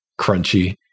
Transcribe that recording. crunchy